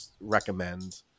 recommend